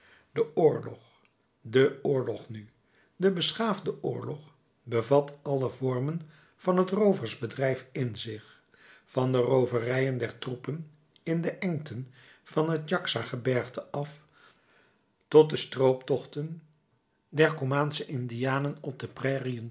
de oorlog de oorlog nu de beschaafde oorlog bevat alle vormen van het rooversbedrijf in zich van de rooverijen der troepen in de engten van het jaxa gebergte af tot de strooptochten der comansche indianen op de